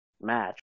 match